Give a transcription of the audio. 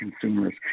consumers